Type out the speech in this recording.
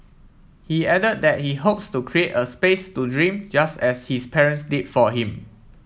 he added that he hopes to create a space to dream just as his parents did for him